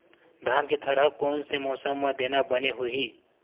धान के थरहा कोन से मौसम म देना बने होही?